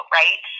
right